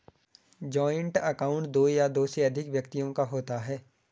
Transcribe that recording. joint account दो या दो से अधिक व्यक्तियों का होता है